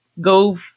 go